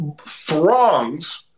throngs